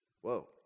Whoa